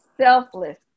selfless